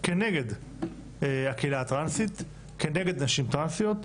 כנגד הקהילה הטרנסית וכנגד נשים טרנסיות.